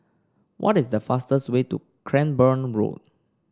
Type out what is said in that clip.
what is the fastest way to Cranborne Road